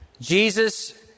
Jesus